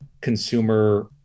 consumer